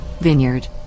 Vineyard